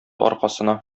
аркасына